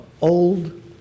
old